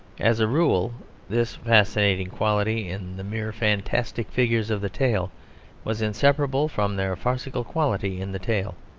as a rule this fascinating quality in the mere fantastic figures of the tale was inseparable from their farcical quality in the tale.